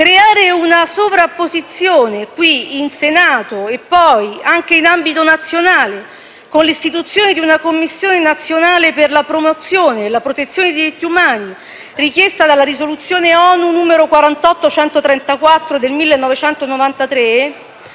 creare una sovrapposizione qui in Senato e poi anche in ambito nazionale con l'istituzione di una Commissione nazionale per la promozione e la protezione dei diritti umani richiesta dalla risoluzione ONU n. 48/134 del 1993